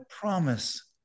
promise